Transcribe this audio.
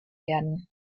werden